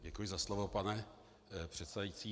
Děkuji za slovo, pane předsedající.